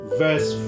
verse